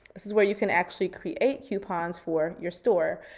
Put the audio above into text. this is where you can actually create coupons for your store.